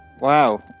Wow